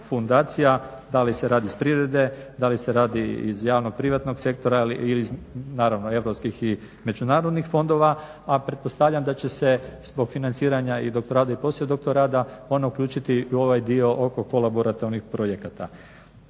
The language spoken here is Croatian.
da li se radi iz privrede, da li se radi iz javno-privatnog sektora ili naravno europskih i međunarodnih fondova. A pretpostavljam da će se zbog financiranja i … /Govornik se ne razumije./… one uključiti i u ovaj dio oko kolaborationih projekata.